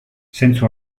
zentzu